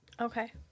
Okay